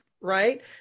right